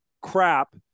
crap